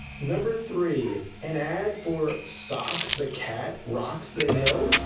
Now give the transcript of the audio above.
number three an ad for. socks the cat? rocks the hill?